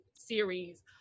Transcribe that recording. series